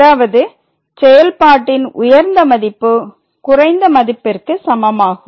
அதாவது செயல்பாட்டின் உயர்ந்த மதிப்பு குறைந்த மதிப்பிற்கு சமமாகும்